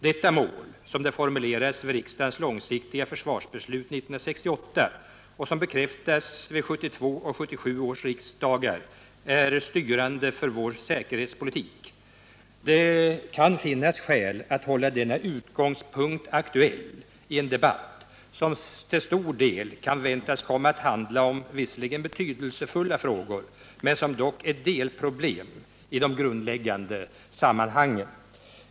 Detta mål, som det formulerades vid riksdagens långsiktiga försvarsbeslut 1968, bekräftat vid 1972 och 1977 års riksmöten, är styrande för vår säkerhetspolitik. Det kan finnas skäl att hålla denna utgångspunkt aktuellien debatt som till stor del -:kan väntas komma att handla om frågor som visserligen är betydelsefulla men som dock är delproblem i de grundläggande sammanhangen.